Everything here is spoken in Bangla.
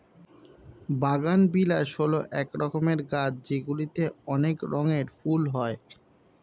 বাগানবিলাস হল এক রকমের গাছ যেগুলিতে অনেক রঙের ফুল হয়